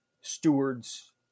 stewards